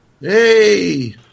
Hey